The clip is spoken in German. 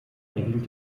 erhielt